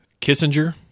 Kissinger